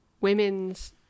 women's